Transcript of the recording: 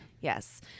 Yes